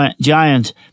giant